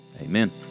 Amen